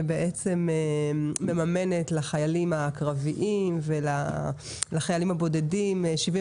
שמממנת לחיילים הקרביים ולחיילים הבודדים 75